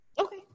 Okay